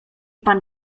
pan